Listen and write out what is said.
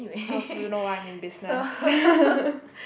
I also don't know why I'm in business